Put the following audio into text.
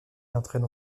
entraîne